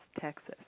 Texas